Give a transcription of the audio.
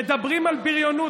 מדברים על בריונות,